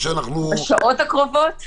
בשעות הקרובות?